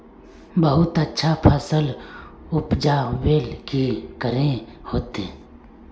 बहुत अच्छा फसल उपजावेले की करे होते?